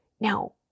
Now